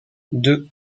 deux